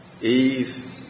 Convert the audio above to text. Eve